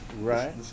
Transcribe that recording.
Right